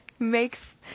Makes